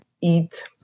eat